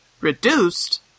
Reduced